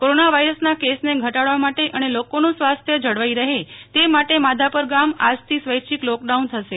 corona વાયરસના કેસને ઘટાડવા માટે અને લોકોનું સ્વાસ્થ્ય જળવાઇ રફે તે માટે માધાપર ગામ આજથી સ્વૈચ્છિક લોકડાઉન થશે